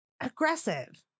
Aggressive